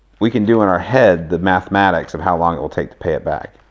we can do in our head the mathematics of how long it will take to pay it back.